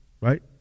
right